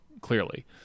clearly